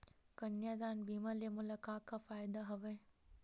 कन्यादान बीमा ले मोला का का फ़ायदा हवय?